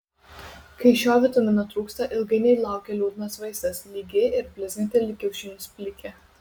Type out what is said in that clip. kai šio vitamino trūksta ilgainiui laukia liūdnas vaizdas lygi ir blizganti lyg kiaušinis plikė